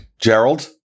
gerald